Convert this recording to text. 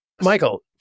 Michael